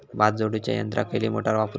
भात झोडूच्या यंत्राक खयली मोटार वापरू?